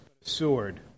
sword